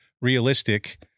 realistic